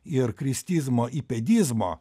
ir kristizmo įpedizmo